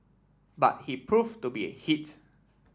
but he proved to be a hit